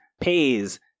pays